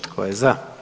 Tko je za?